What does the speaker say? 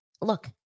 look